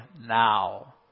now